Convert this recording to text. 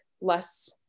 less